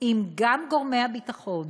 אם גם גורמי הביטחון